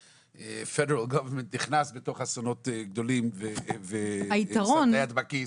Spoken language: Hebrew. ה-Federal Government נכנס בתוך אסונות גדולים ושם את היד בכיס.